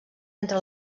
entre